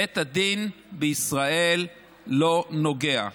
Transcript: בית הדין בישראל לא נוגע.